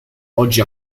oggi